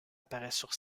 apparaissent